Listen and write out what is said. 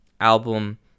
album